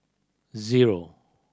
zero